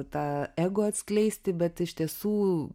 tą ego atskleisti bet iš tiesų